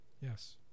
Yes